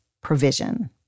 provision